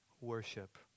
worship